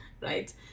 right